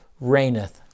reigneth